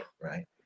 right